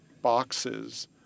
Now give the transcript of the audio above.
boxes